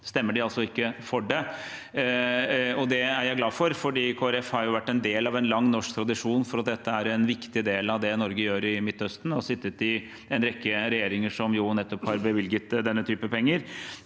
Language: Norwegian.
stemmer de altså ikke for det, og det er jeg glad for. Kristelig Folkeparti har jo vært en del av en lang norsk tradisjon for at dette er en viktig del av det Norge gjør i Midtøsten, og sittet i en rekke regjeringer som har bevilget nettopp denne typen penger.